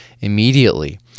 immediately